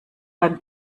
beim